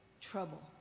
Trouble